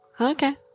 Okay